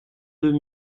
deux